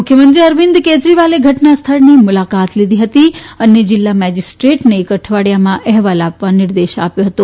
મુખ્યમંત્રી અરવિદ કેજરીવાલે ઘટના સ્થળની મુલાકાત લીધી હતી અને જીલ્લા મેજીસ્ટ્રેટને એક અઠવાડીયામાં અહેવાલ આપવા નિર્દેશ આપ્યો હતો